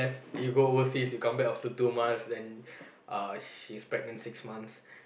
you go overseas you come back after two months then uh she's pregnant six months